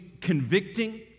convicting